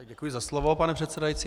Děkuji za slovo, pane předsedající.